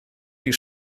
die